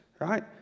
right